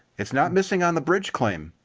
it's not missing on the bridge claim.